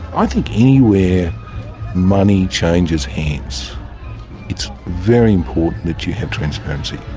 i think anywhere money changes hands it's very important that you have transparency.